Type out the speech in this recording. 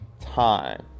time